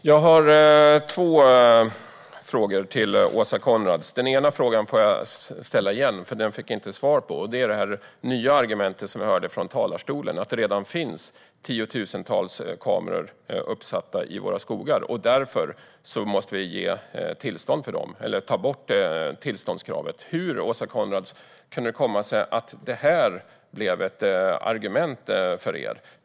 Herr talman! Jag har två frågor till Åsa Coenraads. Den ena frågan får jag ställa igen, för den fick jag inte svar på. Den gäller det nya argument som vi hörde från talarstolen: att det redan finns tiotusentals kameror uppsatta i våra skogar och att vi därför måste ge tillstånd för dem eller ta bort tillståndskravet. Hur, Åsa Coenraads, kan det komma sig att detta blev ett argument för er?